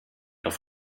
auf